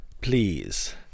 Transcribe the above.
please